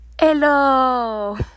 Hello